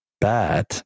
bad